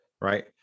right